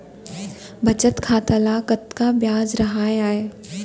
बचत खाता ल कतका ब्याज राहय आय?